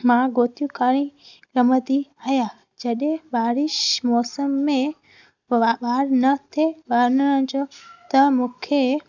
मां गोटियूं खणी रमंदी आहियां जॾहिं बारिश मौसम में ॿार न थिए वञण जो त मूंखे